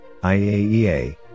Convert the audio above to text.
IAEA